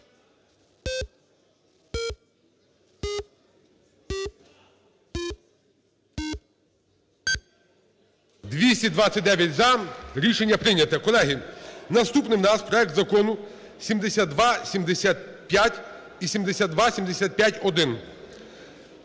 За-229 Рішення прийнято. Колеги, наступний у нас проект Закону 7275 і 7275-1.